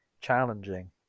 challenging